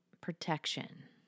protection